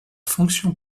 fonction